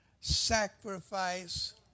sacrifice